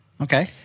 okay